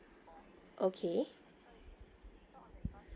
okay